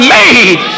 made